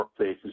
workplaces